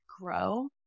grow